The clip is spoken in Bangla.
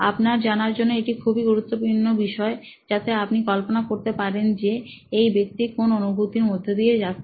আপনার জানার জন্য এটি খুবই গুরুত্বপূর্ণ বিষয় যাতে আপনি কল্পনা করতে পারেন যে এই ব্যক্তি কোন অনুভবের মধ্য দিয়ে যাচ্ছেন